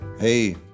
hey